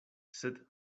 sed